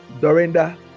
Dorinda